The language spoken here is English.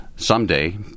someday